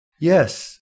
Yes